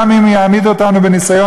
גם אם יעמידו אותנו בניסיון,